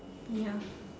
ya